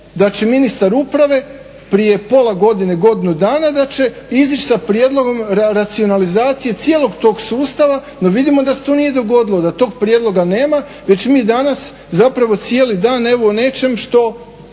da će ministar uprave prije pola godine, godinu dana da će izići sa prijedlogom racionalizacije cijelog tog sustava, no vidimo da se to nije dogodilo da tog prijedloga nema. Već mi danas zapravo cijeli dan evo o nečem što